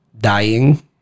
dying